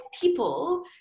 people